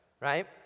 Right